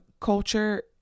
culture